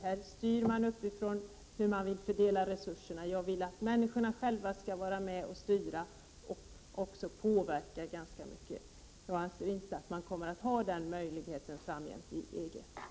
Här styr man uppifrån hur man vill fördela resurserna. Jag vill att människorna själva skall vara med och styra och också påverka ganska mycket. Jag anser inte att man kommer att ha den möjligheten inom EG framgent.